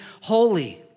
holy